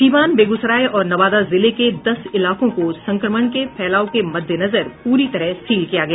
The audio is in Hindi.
सीवान बेगूसराय और नवादा जिले के दस इलाकों को संक्रमण के फैलाव के मद्देनजर पूरी तरह सील किया गया